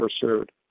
pursued